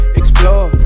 explore